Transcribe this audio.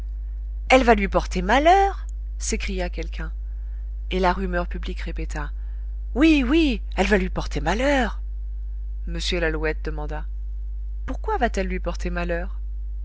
elle va lui porter malheur s'écria quelqu'un et la rumeur publique répéta oui oui elle va lui porter malheur m lalouette demanda pourquoi va-t-elle lui porter malheur